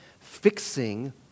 fixing